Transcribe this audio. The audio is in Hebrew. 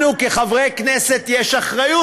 לנו כחברי כנסת יש אחריות,